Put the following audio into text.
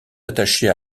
attachée